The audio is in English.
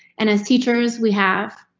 and as teachers we have.